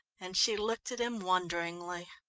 and she looked at him wonderingly.